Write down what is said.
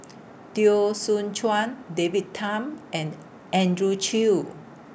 Teo Soon Chuan David Tham and Andrew Chew